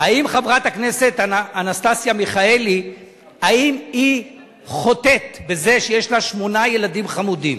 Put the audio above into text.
האם חברת הכנסת אנסטסיה מיכאלי חוטאת בזה שיש לה שמונה ילדים חמודים?